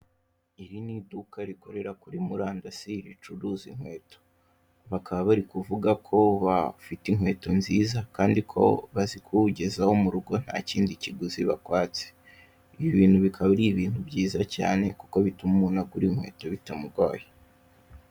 Iri ni iduka rikorera kuri murandasi ricuruza inkweto bakaba bari kuvuga ko bafite inkweto nziza kandi ko bazikugezaho mu rugo nta kindi kiguzi bakwatse, ibi bintu bikaba ari ibintu byiza cyane kuko bituma umuntu agura inkweto bitamugoye.